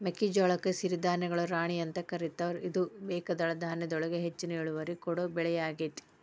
ಮೆಕ್ಕಿಜೋಳಕ್ಕ ಸಿರಿಧಾನ್ಯಗಳ ರಾಣಿ ಅಂತ ಕರೇತಾರ, ಇದು ಏಕದಳ ಧಾನ್ಯದೊಳಗ ಹೆಚ್ಚಿನ ಇಳುವರಿ ಕೊಡೋ ಬೆಳಿಯಾಗೇತಿ